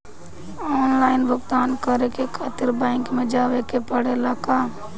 Online भुगतान करे के खातिर बैंक मे जवे के पड़ेला का?